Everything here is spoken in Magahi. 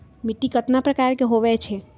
मिट्टी कतना प्रकार के होवैछे?